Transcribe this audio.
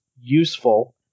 useful